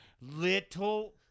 little